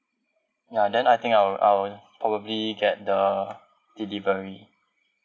ya then I think I'll I'll probably get the delivery